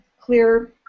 clear